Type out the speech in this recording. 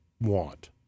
want